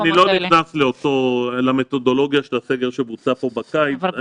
אני לא נכנס למתודולוגיה של הסגר שבוצע פה בקיץ.